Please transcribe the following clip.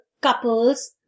couples